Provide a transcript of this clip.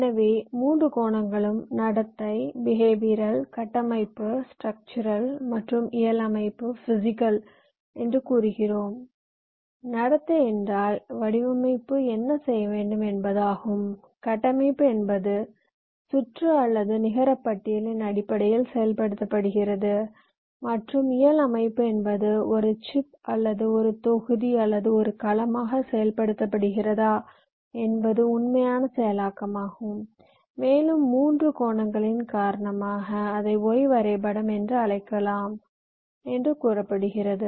எனவே 3 கோணங்களும் நடத்தை கட்டமைப்பு மற்றும் இயல் அமைப்பு என்று கூறுகிறோம் நடத்தை என்றால் வடிவமைப்பு என்ன செய்ய வேண்டும் என்பதாகும் கட்டமைப்பு என்பது சுற்று அல்லது நிகர பட்டியலின் அடிப்படையில் செயல்படுத்தப்படுகிறது மற்றும் இயல் அமைப்பு என்பது ஒரு சிப் அல்லது ஒரு தொகுதி அல்லது ஒரு கலமாக செயல்படுத்தப்படுகிறதா என்பது உண்மையான செயலாக்கமாகும் மேலும் 3 கோணங்களின் காரணமாக அதை Y வரைபடம் என்று அழைக்கலாம் என்று கூறப்பட்டது